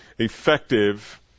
effective